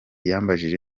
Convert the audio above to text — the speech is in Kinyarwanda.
yambajije